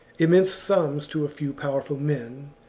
immense sums to a few powerful men,